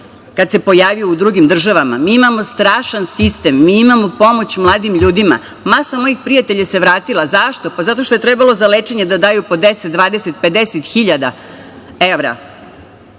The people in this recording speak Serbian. kada se pojavio u drugim državama. Mi imamo strašan sistem, mi imamo pomoć mladim ljudima. Masa mojih prijatelja se vratila. Zašto? Zato što je trebalo za lečenje da daju po 10, 20, 50 hiljada evra.